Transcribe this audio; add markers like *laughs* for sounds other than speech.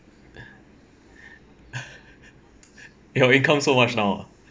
*laughs* your income so much now ah